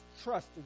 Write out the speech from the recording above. trust